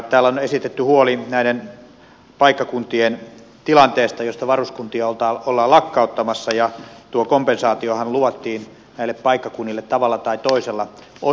täällä on esitetty huoli näiden paikkakuntien tilanteesta joilta varuskuntia ollaan lakkauttamassa ja tuo kompensaatiohan luvattiin näille paikkakunnille tavalla tai toisella osoittaa